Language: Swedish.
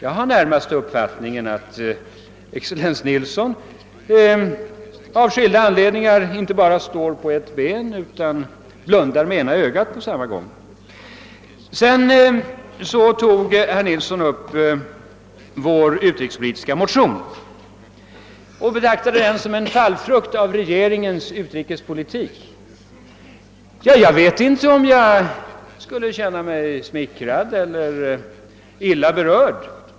Jag har närmast uppfattningen att excellensen Nilsson av skilda anledningar inte bara står på ett ben utan även blundar med ena ögat. Vår utrikespolitiska motion betraktade excellensen Nilsson som en fallfrukt av regeringens utrikespolitik. Jag vet inte om jag skall känna mig smickrad eller illa berörd.